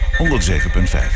107.5